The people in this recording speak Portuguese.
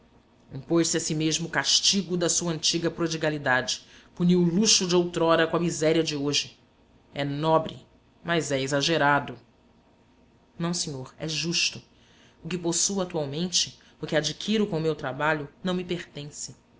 a si mesmo o castigo da sua antiga prodigalidade puniu o luxo de outrora com a miséria de hoje é nobre mas é exagerado não senhor é justo o que possuo atualmente o que adquiro com o meu trabalho não me pertence